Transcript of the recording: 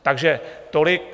Takže tolik.